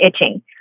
itching